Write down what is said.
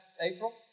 April